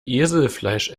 eselfleisch